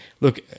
look